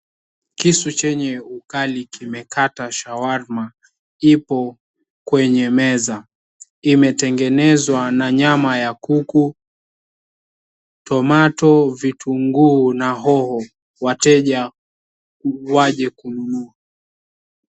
Kisu chenye ukali kimekata shawarma ipo kwenye meza. Imetengenezwa na nyama ya kuku, tomato , vitunguu na hoho, wateja waje kununua.